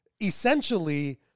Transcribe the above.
essentially